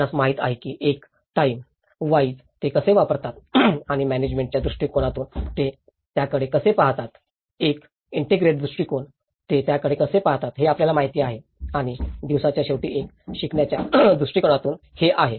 आपणास माहित आहे की एक टाईम वाईस ते कसे पहातात आणि मॅनेजमेंट च्या दृष्टीकोनातून ते त्याकडे कसे पाहतात एक इन्टिग्रेट दृष्टीकोन ते त्याकडे कसे पाहतात हे आपल्याला माहित आहे आणि दिवसाच्या शेवटी एक शिकण्याच्या दृष्टीकोनातून हे आहे